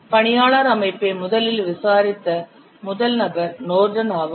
பணியாளர் அமைப்பை முதலில் விசாரித்த முதல் நபர் நோர்டன் ஆவார்